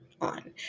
on